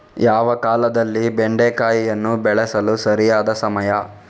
ಯಾವ ಕಾಲದಲ್ಲಿ ಬೆಂಡೆಕಾಯಿಯನ್ನು ಬೆಳೆಸಲು ಸರಿಯಾದ ಸಮಯ?